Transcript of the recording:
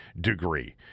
degree